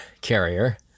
carrier